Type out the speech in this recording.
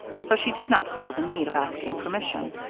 so she did not feel the need of asking permission.